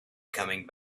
coming